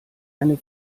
eine